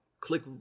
click